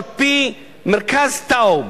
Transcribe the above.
על-פי מרכז טאוב,